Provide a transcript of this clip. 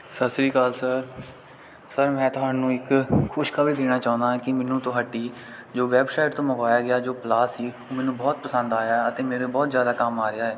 ਸਤਿ ਸ਼੍ਰੀ ਅਕਾਲ ਸਰ ਸਰ ਮੈਂ ਤੁਹਾਨੂੰ ਇੱਕ ਖੁਸ਼ਖਬਰੀ ਦੇਣਾ ਚਾਹੁੰਦਾ ਕਿ ਮੈਨੂੰ ਤੁਹਾਡੀ ਜੋ ਵੈੱਬਸਾਈਟ ਤੋਂ ਮੰਗਵਾਇਆ ਗਿਆ ਜੋ ਪਲਾਸ ਸੀ ਮੈਨੂੰ ਬਹੁਤ ਪਸੰਦ ਆਇਆ ਅਤੇ ਮੇਰੇ ਬਹੁਤ ਜ਼ਿਆਦਾ ਕੰਮ ਆ ਰਿਹਾ